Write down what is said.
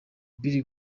billy